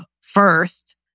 first